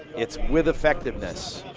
it's with effectiveness.